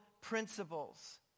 principles